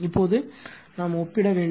இப்போது ஒப்பிட வேண்டும்